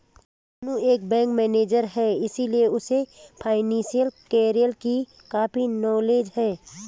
सोनू एक bank manager है इसीलिए उसे फाइनेंशियल कैरियर की काफी नॉलेज है